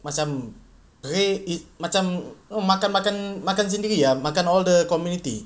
macam gray ar~ macam makan makan makan sendiri ah makan all the community